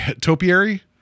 topiary